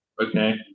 okay